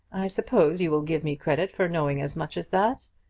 i suppose you will give me credit for knowing as much as that.